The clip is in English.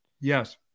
Yes